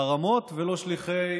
חרמות ולא שליחי,